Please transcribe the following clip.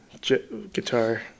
Guitar